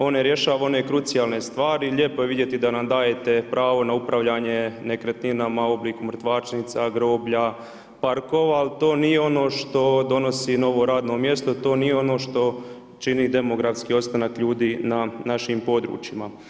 One rješava one krucionalne stvari, lijepo je vidjeti da nam dajete pravo na upravljanje nekretninama u obliku mrtvačnica, groblja, parkova, ali to nije ono što donosi novo radno mjesto i to nije ono što čini demografski opstanak ljudi na našim područjima.